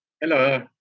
Hello